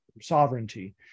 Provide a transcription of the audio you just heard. sovereignty